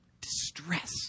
distress